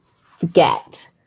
forget